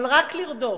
אבל רק לרדוף.